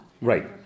Right